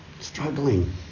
struggling